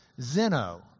Zeno